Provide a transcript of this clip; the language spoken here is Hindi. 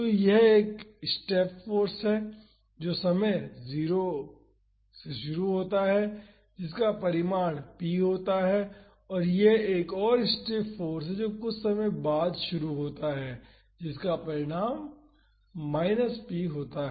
तो यह एक स्टेप फाॅर्स है जो समय बराबर 0 से शुरू होता है और जिसका परिमाण p होता है और यह एक और स्टेप फाॅर्स है जो कुछ समय बाद शुरू होता है और इसका परिमाण माइनस p होता है